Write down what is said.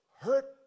hurt